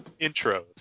intros